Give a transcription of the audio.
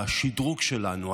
השדרוג שלנו,